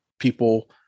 People